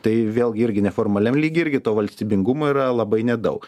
tai vėlgi irgi neformaliam lygy irgi to valstybingumo yra labai nedaug